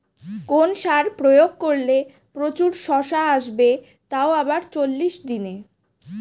কোন সার প্রয়োগ করলে প্রচুর শশা আসবে তাও আবার চল্লিশ দিনে?